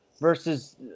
versus